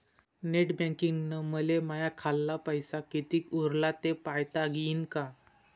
Net बँकिंगनं मले माह्या खाल्ल पैसा कितीक उरला थे पायता यीन काय?